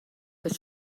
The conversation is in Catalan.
que